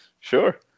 sure